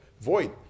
void